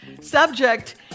Subject